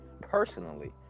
personally